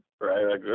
right